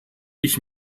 ich